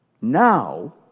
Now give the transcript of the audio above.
now